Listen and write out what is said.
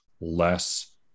less